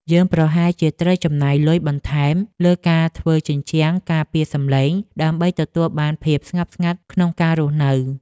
យើងប្រហែលជាត្រូវចំណាយលុយបន្ថែមលើការធ្វើជញ្ជាំងការពារសំឡេង ដើម្បីទទួលបានភាពស្ងប់ស្ងាត់ក្នុងការរស់នៅ។